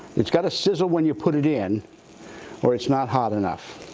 it's gotta sizzle when you put it in or it's not hot enough.